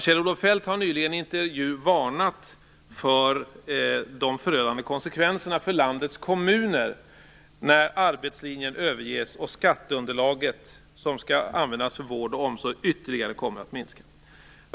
Kjell Olof Feldt har nyligen i en intervju varnat för de förödande konsekvenserna för landets kommuner när arbetslinjen överges och skatteunderlaget som skall användas för vård och omsorg ytterligare kommer att minska.